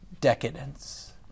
decadence